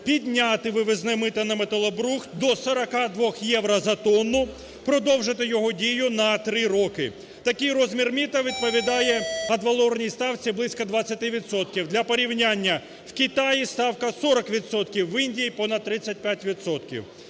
підняти вивізне мито на металобрухт до 42 євро за тонну, продовжити його дію на 3 роки. Такий розмір мита відповідає адвалорній ставці близько 20 відсотків. Для порівняння. В Китаї ставка 40 відсотків, в Індії понад 35